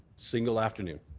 single afternoon.